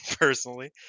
personally